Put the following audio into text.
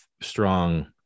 strong